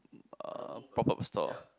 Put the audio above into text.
uh pop up store